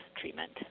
treatment